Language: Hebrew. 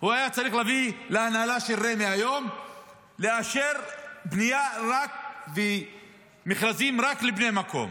היה צריך להביא להנהלה של רמ"י היום לאשר בנייה במכרזים רק לבני המקום,